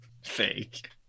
Fake